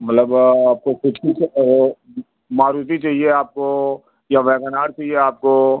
मल्लब आपको कुछ कुछ मारुति चाहिए आपको या वैगनार चाहिए आपको